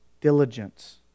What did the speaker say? diligence